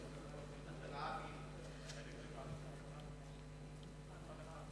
כנסת נכבדה,